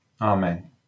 Amen